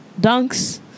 dunks